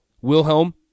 Wilhelm